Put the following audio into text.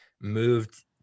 moved